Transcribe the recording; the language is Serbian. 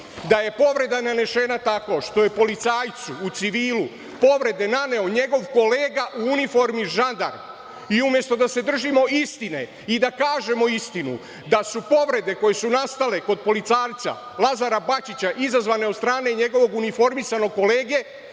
da je povreda nanesena tako što je policajcu u civilu povrede naneo njegov kolega u uniformi žandarm. I umesto da se držimo istine i da kažemo istinu da su povrede koje su nastale kod policajca Lazara Bačića izazvane od strane njegovog uniformisanog kolege,